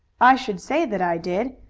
i should say that i did.